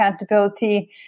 accountability